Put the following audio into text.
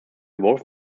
wolf